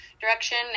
direction